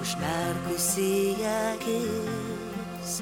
užmerkusi akis